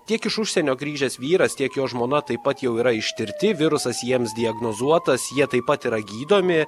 tiek iš užsienio grįžęs vyras tiek jo žmona taip pat jau yra ištirti virusas jiems diagnozuotas jie taip pat yra gydomi